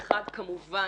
אחד, כמובן,